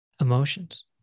emotions